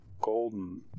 golden